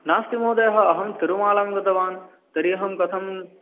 नास्ति महोदयः अहं तिरुमलां गतवान् तर्हि अहं कथं